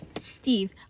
steve